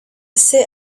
sit